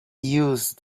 use